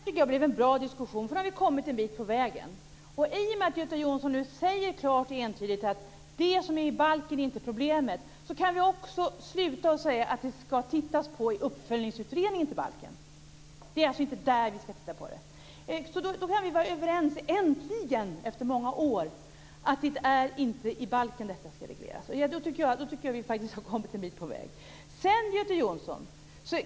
Fru talman! Jag tycker att det här blev en bra diskussion. Nu har vi kommit en bit på vägen. I och med att Göte Jonsson klart och entydigt säger att det som är i balken inte är problemet kan vi också sluta med att säga att man ska titta på det här i uppföljningsutredningen av balken. Det är alltså inte där vi ska titta på det. Då kan vi äntligen, efter många år, vara överens om att detta inte ska regleras i balken. Då tycker jag att vi faktiskt har kommit en bit på väg. Göte Jonsson!